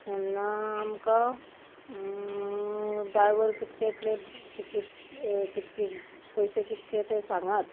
तेन्ना आमकां दायवर कितके येतले तिकीट कितकी पयशे कितके ते सांगात